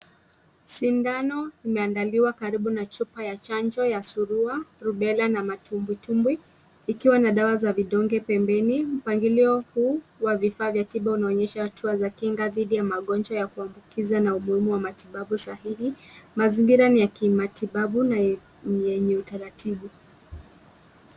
Sindano imeandaliwa karibu na chupa ya chanjo ya surua, rubela na matumbwitumbwi, ikiwa na dawa za vidonge pembeni, mpangilio huu wa vifaa vya tiba unaonyesha hatua za kinga dhidi ya magonjwa ya kuambukiza na umuhimu wa matibabu sahihi, mazingira ni ya kimatibabu na ni yenye utaratibu.